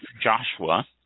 Joshua